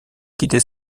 quitter